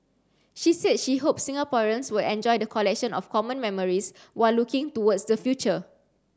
she said she hopes Singaporeans will enjoy the collection of common memories while looking towards the future